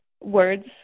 words